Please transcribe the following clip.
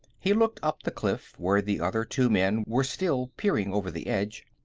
he looked up the cliff, where the other two men were still peering over the edge.